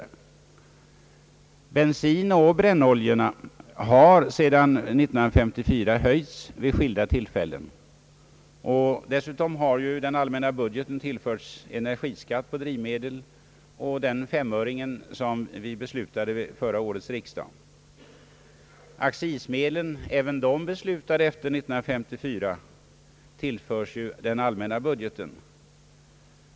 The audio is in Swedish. Skatten på bensin och brännoljor har sedan 1954 höjts vid skilda tillfällen, och dessutom har ju den allmänna budgeten tillförts energiskatt på drivmedel och den femöring som vi beslutade vid förra årets riksdag. Accismedlen, även de beslutade efter 1954, tillförs ju den allmänna budgeten.